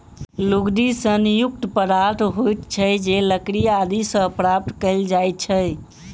लुगदी सन युक्त पदार्थ होइत छै जे लकड़ी आदि सॅ प्राप्त कयल जाइत छै